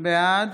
בעד